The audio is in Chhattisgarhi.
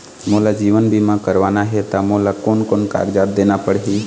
मोला जीवन बीमा करवाना हे ता मोला कोन कोन कागजात देना पड़ही?